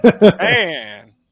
man